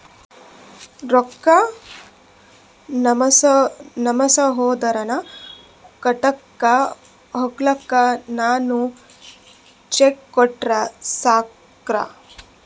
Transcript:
ರೊಕ್ಕ ನಮ್ಮಸಹೋದರನ ಖಾತಕ್ಕ ಹೋಗ್ಲಾಕ್ಕ ನಾನು ಚೆಕ್ ಕೊಟ್ರ ಸಾಕ್ರ?